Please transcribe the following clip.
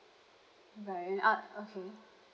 right and uh okay